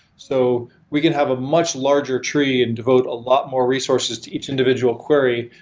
so we can have a much larger tree and devote a lot more resources to each individual query,